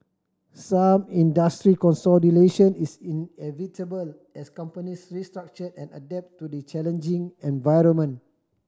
some industry consolidation is inevitable as companies restructure and adapt to the challenging environment